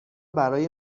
برای